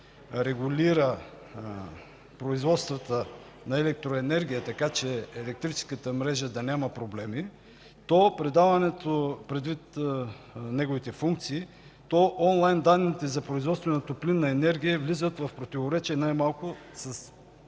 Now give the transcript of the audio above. регулира производството на електроенергия, така че електрическата мрежа да няма проблеми, то предвид неговите функции, предаването на онлайн данните за производство на топлинна енергия влизат в противоречие най-малко с